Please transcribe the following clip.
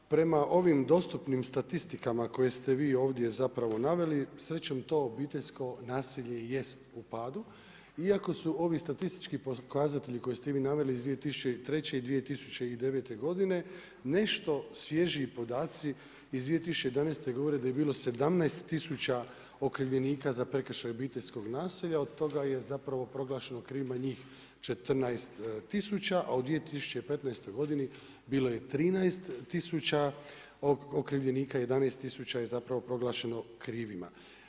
Prema ovim dostupnim statistika koje ste vi ovdje zapravo naveli srećom to obiteljsko nasilje jest upadu iako su ovi statistički pokazatelji koje ste vi naveli iz 2003. i 2009. godine nešto svježiji podaci iz 2011. govore da je bilo 17 tisuća okrivljenika za prekršaj obiteljskog nasilja i od toga je proglašeno krivima njih 14 tisuća, a u 2015. godini bilo je 13 tisuća okrivljenika, a 11 tisuća je proglašeno krivima.